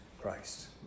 Christ